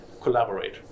collaborate